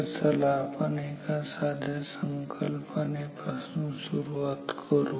तर चला आपण एका साध्या संकल्पनेपासून सुरुवात करू